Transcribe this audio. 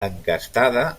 encastada